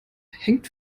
hängt